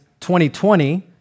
2020